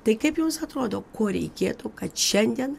tai kaip jums atrodo ko reikėtų kad šiandien